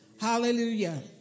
Hallelujah